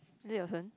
is it your turn